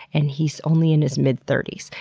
and he's only in his mid thirty s.